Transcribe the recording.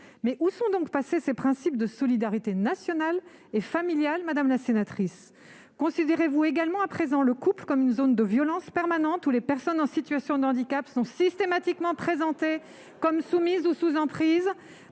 Où sont donc passés ces principes de solidarité nationale et familiale, madame la sénatrice ? Considérez-vous à présent le couple comme une zone de violence permanente où les personnes en situation de handicap seraient systématiquement soumises ou sous emprise ?